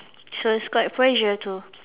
so it's quite pressure to